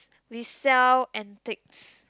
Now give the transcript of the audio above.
we sell antiques